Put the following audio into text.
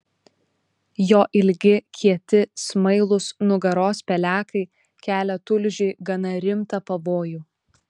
jo ilgi kieti smailūs nugaros pelekai kelia tulžiui gana rimtą pavojų